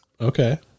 okay